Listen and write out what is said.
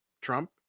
Trump